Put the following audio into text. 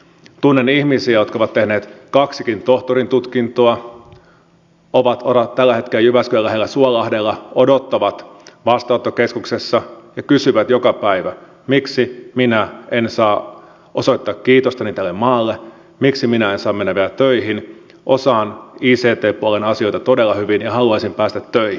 tunnen ihmisiä jotka ovat tehneet kaksikin tohtorintutkintoa ovat tällä hetkellä jyväskylän lähellä suolahdella odottavat vastaanottokeskuksessa ja kysyvät joka päivä miksi minä en saa osoittaa kiitostani tälle maalle miksi minä en saa mennä vielä töihin osaan ict puolen asioita todella hyvin ja haluaisin päästä töihin